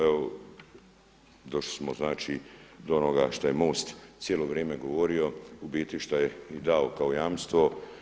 Evo došli smo znači do onoga što je MOST cijelo vrijeme govorio, u biti šta je i dao kao jamstvo.